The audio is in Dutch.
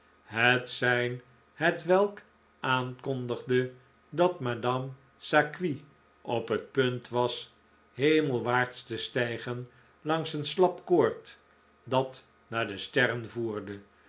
het sein hetwelk aankondigde dat madame saqui op het punt was hemelwaarts te stijgen langs een slap koord dat naar de sterren voerde